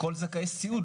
כל זכאי סיעוד,